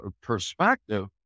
perspective